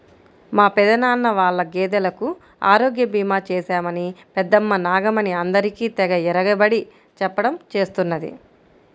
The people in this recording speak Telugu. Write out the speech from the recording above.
మా పెదనాన్న వాళ్ళ గేదెలకు ఆరోగ్య భీమా చేశామని పెద్దమ్మ నాగమణి అందరికీ తెగ ఇరగబడి చెప్పడం చేస్తున్నది